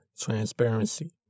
transparency